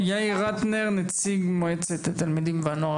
יאיר רטנר, נציג מועצת התלמידים והנוער